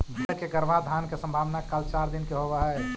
भेंड़ के गर्भाधान के संभावना के काल चार दिन के होवऽ हइ